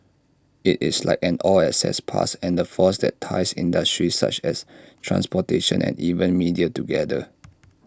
IT is like an all access pass and the force that ties industries such as transportation and even media together